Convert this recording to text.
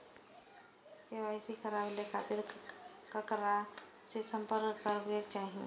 KYC कराबे के खातिर ककरा से संपर्क करबाक चाही?